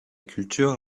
culture